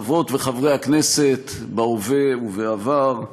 חברות וחברי הכנסת בהווה ובעבר,